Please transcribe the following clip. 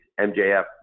MJF